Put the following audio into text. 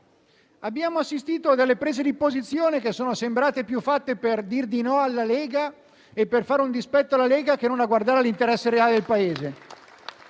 innegabili e a prese di posizione che sono sembrate più fatte per dire di no e per fare un dispetto alla Lega che non a guardare all'interesse reale del Paese.